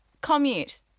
commute